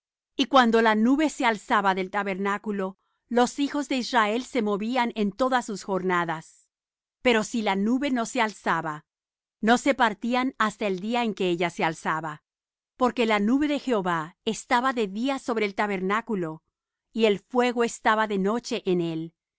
y cuando la nube se alzaba del tabernáculo los hijos de israel se movían en todas sus jornadas pero si la nube no se alzaba no se partían hasta el día en que ella se alzaba porque la nube de jehová estaba de día sobre el tabernáculo y el fuego estaba de noche en él